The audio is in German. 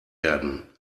werden